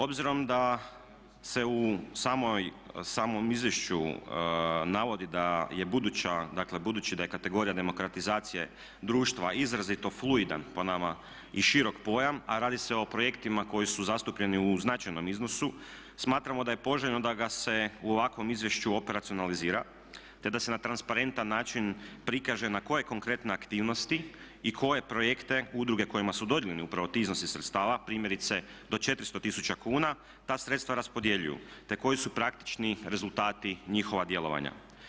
Obzirom da se u samom izvješću navodi da je buduća, dakle budući da je kategorija demokratizacije društva izrazito fluidan po nama i širok pojam, a radi se o projektima koji su zastupljeni u značajnom iznosu smatramo da je poželjno da ga se u ovakvom izvješću operacionalizira, te da se na transparentan način prikaže na koje konkretno aktivnosti i koje projekte udruge kojima su dodijeljeni upravo ti iznosi sredstava primjerice do 400 tisuća kuna ta sredstva raspodjeljuju, te koji su praktični rezultati njihova djelovanja.